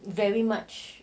very much